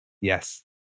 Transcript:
Yes